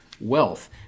wealth